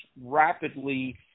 rapidly